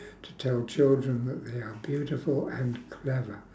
to tell children that they are beautiful and clever